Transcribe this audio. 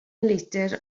litr